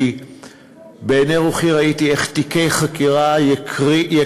כי בעיני רוחי ראיתי איך תיקי חקירה יקרים,